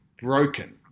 broken